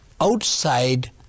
outside